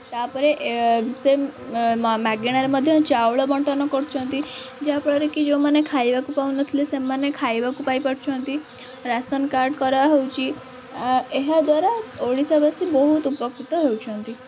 ତା'ପରେ ସେ ମାଗଣାରେ ମଧ୍ୟ ଚାଉଳ ବଣ୍ଟନ କରୁଛନ୍ତି ଯାହାଫଳରେକି ଯେଉଁମାନେ ଖାଇବାକୁ ପାଉନଥିଲେ ସେମାନେ ଖାଇବାକୁ ପାଇ ପାରୁଛନ୍ତି ରାସନ କାର୍ଡ଼୍ କରାହେଉଛି ଏହା ଦ୍ଵାରା ଓଡ଼ିଶାବାସୀ ବହୁତ ଉପକୃତ ହେଉଛନ୍ତି